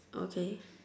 okay